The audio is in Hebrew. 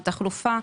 התחלופה.